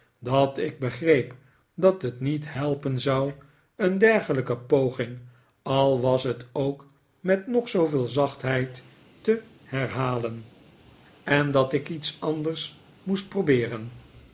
dat ik begreep dat het niet helpen zou een dergelijke poging al was het ook met nog zooveel zachtheid te herhalen en dat ik iets anders moest probeeren